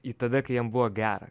į tada kai jam buvo gera